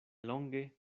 longe